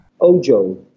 Ojo